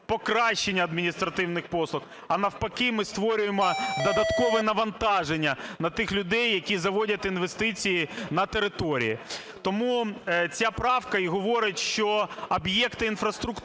покращення адміністративних послуг, а навпаки, ми створюємо додаткове навантаження на тих людей, які заводять інвестиції на територію. Тому ця правка і говорить, що об'єкти інфраструктури,